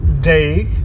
Day